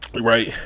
right